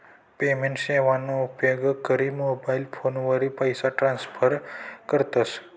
payment सेवाना उपेग करी मोबाईल फोनवरी पैसा ट्रान्स्फर करतस